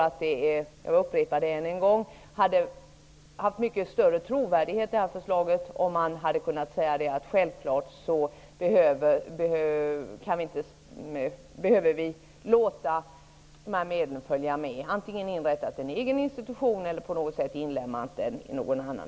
Jag upprepar ännu en gång att jag tror att detta förslag hade haft mycket större trovärdighet om man hade kunnnat säga: Självklart behöver vi låta de här medlen följa med. Antingen inrättas en egen institution eller också får det blir en inlemning i någon annan.